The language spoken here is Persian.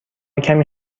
کمی